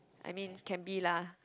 I mean can be lah